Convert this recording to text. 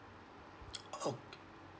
oh